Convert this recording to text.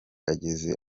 ageze